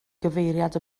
gyfeiriad